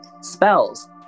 spells